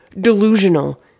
delusional